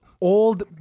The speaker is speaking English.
old